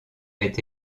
est